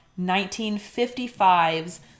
1955's